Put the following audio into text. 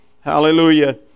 Hallelujah